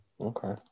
Okay